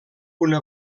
una